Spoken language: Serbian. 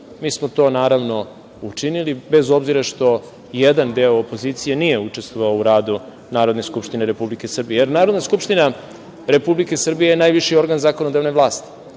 smo to, naravno učinili, bez obzira što jedan deo opozicije nije učestvovao u radu Narodne Skupštine RS, jer Narodna Skupština RS je najviši organ zakonodavne vlasti,